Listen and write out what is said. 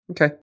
Okay